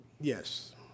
Yes